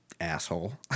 asshole